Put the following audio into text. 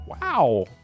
Wow